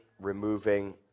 removing